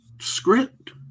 script